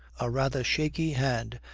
a rather shaky hand,